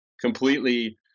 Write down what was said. completely